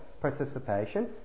Participation